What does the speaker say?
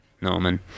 Norman